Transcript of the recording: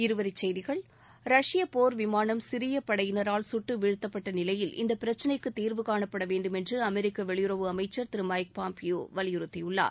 இருவரிச் செய்திகள் ரஷ்ய போர் விமானம் சிரிய படையினரால் சுட்டு வீழ்த்தப்பட்ட நிலையில் இந்த பிரச்னைக்கு தீர்வு காணப்படவேண்டுமென்று அமெரிக்க வெளியுறவு அமைச்சர் திரு மைக் பாம்பியோ வலியுறுத்தியுள்ளார்